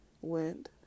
went